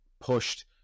pushed